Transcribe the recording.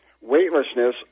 weightlessness